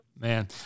Man